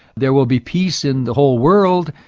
there will be peace in the whole world,